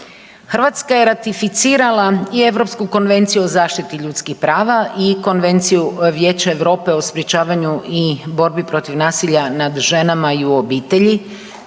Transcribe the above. Hrvatska je ratificirala i Europsku konvenciju o zaštiti ljudskih prava i Konvenciju Vijeća Europe o sprečavanju i borbi protiv nasilja nad ženama i u obitelji